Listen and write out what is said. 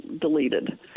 deleted